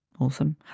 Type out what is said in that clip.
awesome